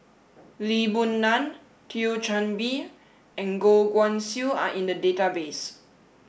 Lee Boon Ngan Thio Chan Bee and Goh Guan Siew are in the database